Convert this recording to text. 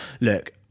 look